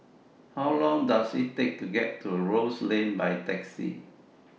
How Long Does IT Take to get to Rose Lane By Taxi